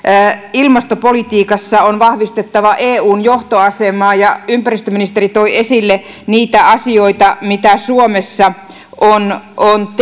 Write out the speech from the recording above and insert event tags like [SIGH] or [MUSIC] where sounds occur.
ilmastopolitiikassa on vahvistettava eun johtoasemaa ja ympäristöministeri toi esille niitä asioita mitä suomessa on on [UNINTELLIGIBLE]